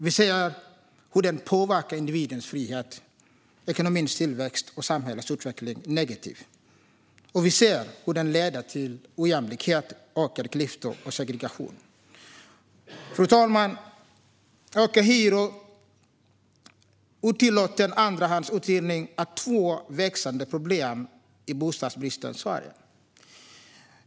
Vi ser hur den påverkar individens frihet, ekonomins tillväxt och samhällets utveckling negativt. Vi ser också hur den leder till ojämlikhet, ökade klyftor och segregation. Fru talman! Ockerhyror och otillåten andrahandsuthyrning är två växande problem i bostadsbristens Sverige.